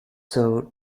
served